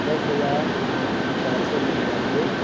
दस हजार चार सौ निन्यानवे